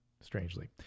strangely